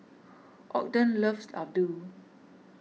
Ogden loves Ladoo